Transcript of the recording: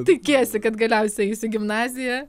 tikiesi kad galiausiai eis į gimnaziją